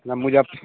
मुज